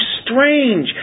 strange